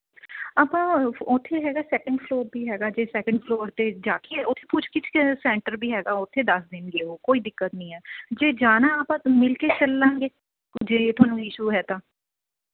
ਆਪਾਂ ਉੱਥੇ ਹੈਗਾ ਸੈਕਿੰਡ ਫਲੋਰ ਵੀ ਹੈਗਾ ਜੇ ਸੈਕਿੰਡ ਫਲੋਰ 'ਤੇ ਜਾ ਕੇ ਉੱਥੇ ਪੁੱਛ ਗਿੱਛ ਸੈਂਟਰ ਵੀ ਹੈਗਾ ਉੱਥੇ ਦੱਸ ਦੇਣਗੇ ਉਹ ਕੋਈ ਦਿੱਕਤ ਨਹੀ ਹੈ ਜੇ ਜਾਣਾ ਆਪਾਂ ਮਿਲ ਕੇ ਚੱਲਾਂਗੇ ਜੇ ਤੁਹਾਨੂੰ ਇਸ਼ੂ ਹੈ ਤਾਂ